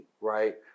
right